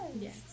Yes